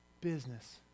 business